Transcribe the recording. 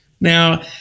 now